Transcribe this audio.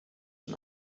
and